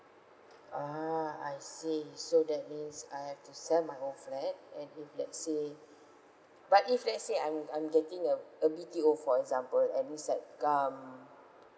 ah I see so that means I have to sell my old flat and if let's say but if let's say I'm I'm getting a a B_T_O for example and it's like